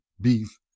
beef